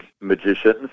magicians